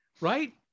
right